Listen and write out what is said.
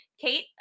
Kate